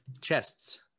Chests